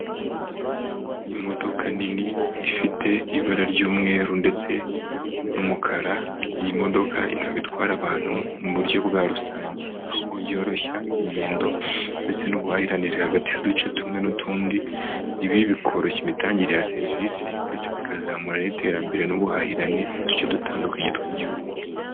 Imodoka nini ifite ibara ry'umweru ndetse n'umukara, iyi modoka ikaba itwara abantu mu buryo bwa rusange. Aho yoroshya ingendo ndetse n'ubuhahirane, hagati y'uduce tumwe n'utundi. Ibi bikoroshya imitangire ya serivisi ndetse bi bikazamura n'iterambere n'ubuhahirane muduce dutandukanye tw'igihugu.